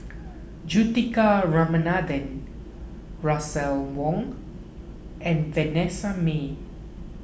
Juthika Ramanathan Russel Wong and Vanessa Mae